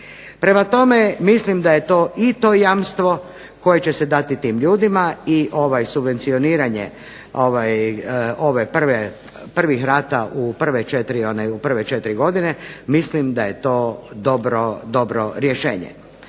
Prema tome, mislim da je to i to jamstvo koje će se dati tim ljudima i subvencioniranje ovih prvih rata u prve četiri godine mislim da je to dobro rješenje.